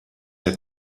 herr